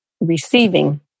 receiving